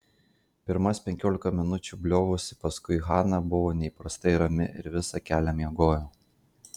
pirmas penkiolika minučių bliovusi paskui hana buvo neįprastai rami ir visą kelią miegojo